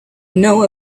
know